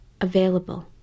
available